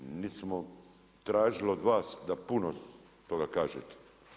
Nit smo tražili od vas da puno toga kažete.